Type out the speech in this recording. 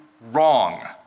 wrong